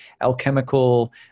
alchemical